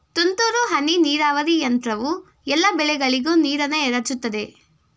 ತುಂತುರು ಹನಿ ನೀರಾವರಿ ಯಂತ್ರವು ಎಲ್ಲಾ ಬೆಳೆಗಳಿಗೂ ನೀರನ್ನ ಎರಚುತದೆ